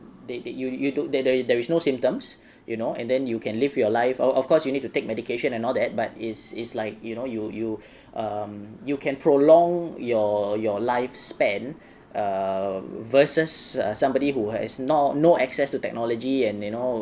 they they there you you that that there is no symptoms you know and then you can live your life of of course you need to take medication and all that but is is like you know you you um you can prolong your your life span err versus somebody who has not no access to technology and you know